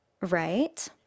right